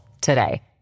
today